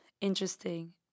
interesting